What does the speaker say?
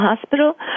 hospital